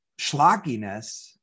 schlockiness